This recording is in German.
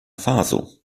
faso